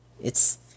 it's-